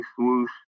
swoosh